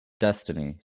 destiny